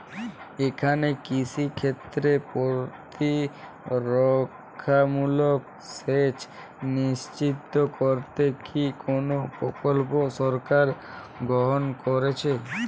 এখানে কৃষিক্ষেত্রে প্রতিরক্ষামূলক সেচ নিশ্চিত করতে কি কোনো প্রকল্প সরকার গ্রহন করেছে?